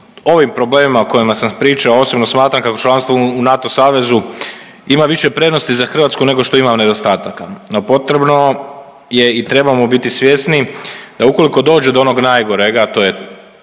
ovim problemima o kojima sam pričao, osobno smatram kako članstvo u NATO savezu ima više prednosti za Hrvatsku nego što ima nedostataka, no potrebno je i trebamo biti svjesni, da ukoliko dođe do onog najgorega, a to je